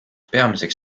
peamiseks